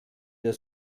der